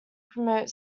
promote